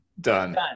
done